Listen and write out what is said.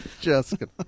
Jessica